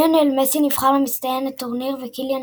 ליונל מסי נבחר למצטיין הטורניר וקיליאן